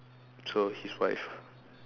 so his wife